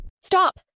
Stop